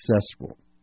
successful